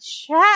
check